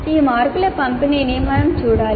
ఈ మార్కుల పంపిణీని మనం చూడాలి